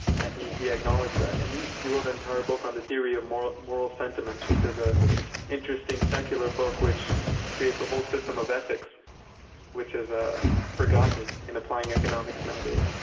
and he acknowledged that. and he wrote an entire book on the theory of moral moral sentiments, which is an ah interesting secular book which creates a whole system of ethics which is ah forgotten in applying economics nowadays.